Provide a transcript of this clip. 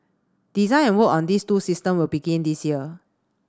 design and work on these two systems will begin this year